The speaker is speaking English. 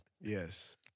Yes